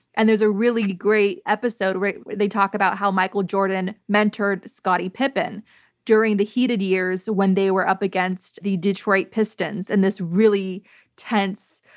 and there's a really great episode where they talk about how michael jordan mentored scottie pippen during the heated years when they were up against the detroit pistons in this really tense,